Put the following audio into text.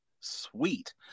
Sweet